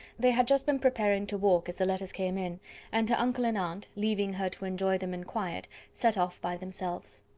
they had just been preparing to walk as the letters came in and her uncle and aunt, leaving her to enjoy them in quiet, set off by themselves.